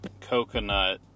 coconut